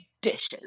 dishes